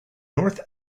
north